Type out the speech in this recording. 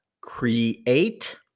Create